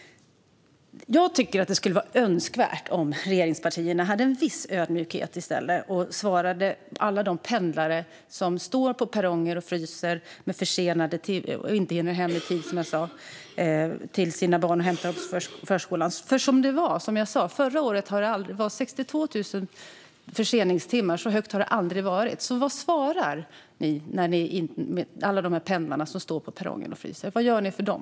Jag tycker att det vore önskvärt att regeringspartierna i stället hade en viss ödmjukhet och svarade alla de pendlare som står på perronger och fryser och inte hinner hem i tid för att hämta sina barn på förskolan. Som jag sa var antalet förseningstimmar förra året 62 000. Så högt har det aldrig tidigare varit. Så vad svarar ni alla dessa pendlare som står på perrongen och fryser? Vad gör ni för dem?